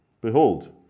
Behold